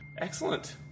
excellent